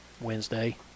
Wednesday